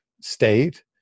state